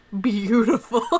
beautiful